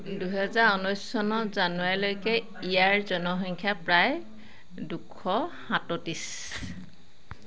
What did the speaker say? দুহেজাৰ ঊনৈছ চনৰ জানুৱাৰীলৈকে ইয়াৰ জনসংখ্যা প্ৰায় দুশ সাতত্ৰিছ